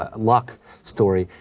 ah luck story.